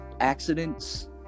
accidents